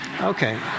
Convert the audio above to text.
Okay